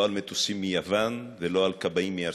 לא על מטוסים מיוון ולא על כבאים מארצות-הברית.